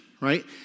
right